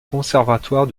conservatoire